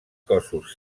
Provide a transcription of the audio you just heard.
cossos